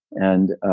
and